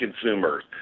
consumers